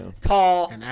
tall